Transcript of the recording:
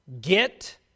Get